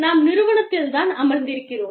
நாம் நிறுவனத்தில் தான் அமர்ந்திருக்கிறோம்